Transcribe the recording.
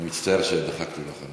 ההצעה להעביר את